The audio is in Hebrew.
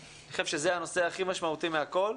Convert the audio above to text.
אני חושב שזה הנושא הכי משמעותי מהכול.